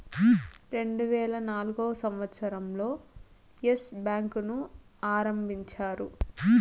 రెండువేల నాల్గవ సంవచ్చరం లో ఎస్ బ్యాంకు ను ఆరంభించారు